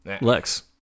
Lex